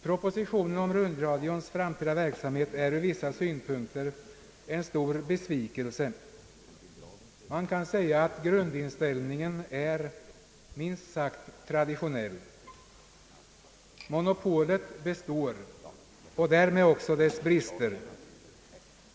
Propositionen om rundradions framtida verksamhet är ur vissa synpunkter en stor besvikelse. Man kan säga att grundinställningen är minst sagt traditionell. Monopolet består och därmed också dess brister.